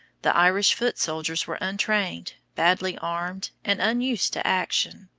the irish foot-soldiers were untrained, badly armed, and unused to action.